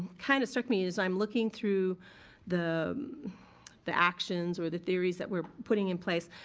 kind of struck me as i'm looking through the the actions or the theories that we're putting in place,